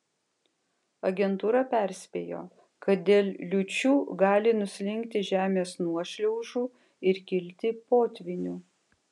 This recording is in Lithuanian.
agentūra perspėjo kad dėl liūčių gali nuslinkti žemės nuošliaužų ir kilti potvynių